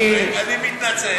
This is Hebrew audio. אני מתנצל.